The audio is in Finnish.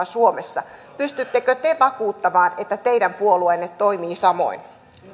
suomessa pystyttekö te vakuuttamaan että teidän puolueenne toimii samoin